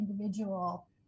individual